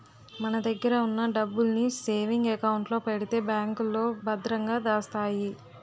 మన దగ్గర ఉన్న డబ్బుల్ని సేవింగ్ అకౌంట్ లో పెడితే బ్యాంకులో భద్రంగా దాస్తాయి